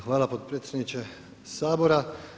Hvala podpredsjedniče Sabora.